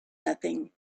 nothing